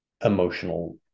emotional